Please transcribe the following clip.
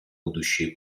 будущие